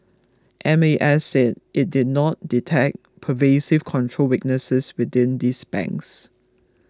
M A S said it did not detect pervasive control weaknesses within these banks